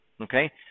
okay